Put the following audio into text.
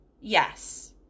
Yes